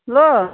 hello